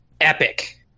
epic